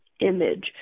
image